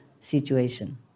situation